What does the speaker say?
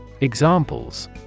Examples